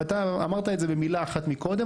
ואתה אמרת את זה במילה אחת מקודם,